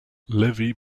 livy